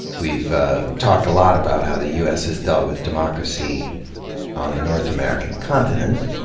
we've ah talked a lot about how the u s. has dealt with democracy on the north american continent.